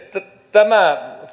tämä